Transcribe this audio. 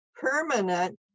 permanent